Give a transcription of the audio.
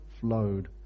flowed